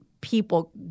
people